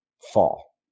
fall